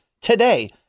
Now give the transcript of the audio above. today